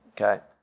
Okay